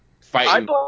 Fighting